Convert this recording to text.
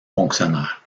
fonctionnaire